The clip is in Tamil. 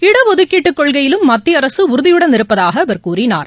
இடஒதுக்கீடு கொள்கையிலும் மத்திய அரசு உறுதியுடன் இருப்பதாக அவர் கூறினார்